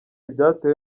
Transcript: byatewe